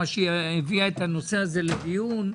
שהיא הביאה את הנושא הזה לדיון,